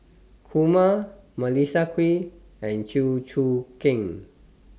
Kumar Melissa Kwee and Chew Choo Keng